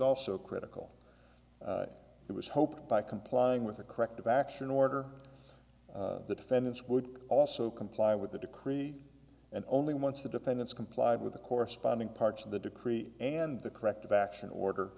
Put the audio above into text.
also critical it was hoped by complying with a corrective action order the defendants would also comply with the decree and only once the defendants complied with the corresponding parts of the decree and the corrective action order